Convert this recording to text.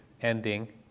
ending